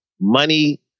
money